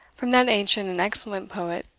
from that ancient and excellent poet,